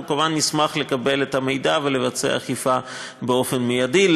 אנחנו כמובן נשמח לקבל את המידע ולבצע אכיפה באופן מיידי.